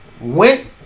went